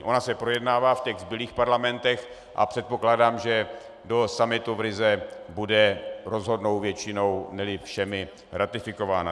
Ona se projednává v těch zbylých parlamentech a předpokládám, že do summitu v Rize bude rozhodnou většinou, neli všemi, ratifikována.